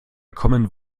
common